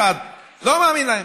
חד, לא מאמין להם,